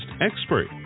expert